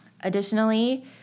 Additionally